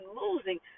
losing